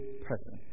person